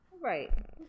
Right